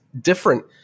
different